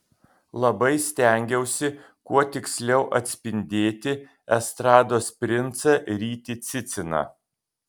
labai stengiausi kuo tiksliau atspindėti estrados princą rytį ciciną